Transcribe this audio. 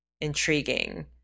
intriguing